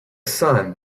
sun